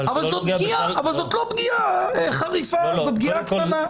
אבל זו פגיעה, זו לא פגיעה חריפה, זו פגיעה קטנה.